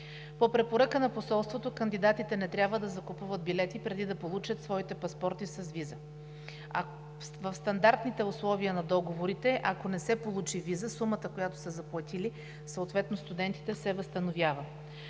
По препоръка на посолството кандидатите не трябва да закупуват билети преди да получат своите паспорти с виза. В стандартните условия на договорите, ако не се получи виза, сумата, която студентите съответно са заплатили, се възстановява.